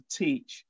teach